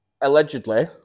allegedly